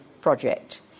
project